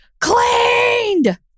cleaned